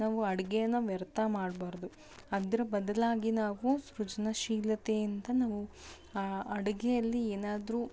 ನಾವು ಅಡುಗೆನ ವ್ಯರ್ಥ ಮಾಡಬಾರ್ದು ಅದರ ಬದಲಾಗಿ ನಾವು ಸೃಜನಶೀಲತೆಯಿಂದ ನಾವು ಆ ಅಡುಗೆಯಲ್ಲಿ ಏನಾದ್ರೂ